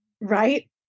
Right